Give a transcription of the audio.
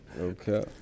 Okay